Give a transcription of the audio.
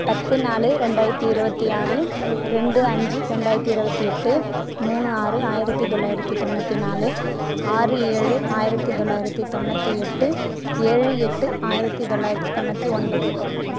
பத்து நாலு ரெண்டாயிரத்தி இருபத்தி ஆறு ரெண்டு அஞ்சு ரெண்டாயிரத்தி இருபத்தி எட்டு மூணு ஆறு ஆயிரத்தி தொள்ளாயிரத்தி தொண்ணூற்றி நாலு ஆறு ஏழு ஆயிரத்தி தொள்ளாயிரத்தி தொண்ணூற்றி எட்டு ஏழு எட்டு ஆயிரத்தி தொள்ளாயிரத்தி தொண்ணூற்றி ஒன்பது